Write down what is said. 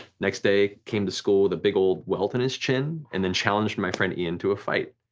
next day came to school with a big ol' welt in his chin, and then challenged my friend ian to a fight.